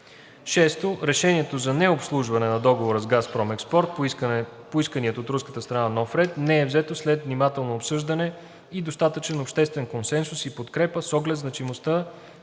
6. Решението за необслужване на Договора с „Газпром Експорт“ по искания от руска страна нов ред не е взето след внимателно обсъждане и достатъчен обществен консенсус и подкрепа с оглед значимостта